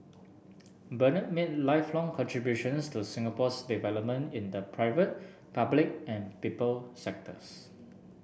Bernard made lifelong contributions to Singapore's development in the private public and people sectors